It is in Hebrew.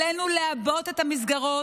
עלינו לעבות את המסגרות,